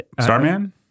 Starman